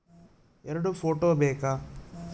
ಎರಡು ಫೋಟೋ ಬೇಕಾ?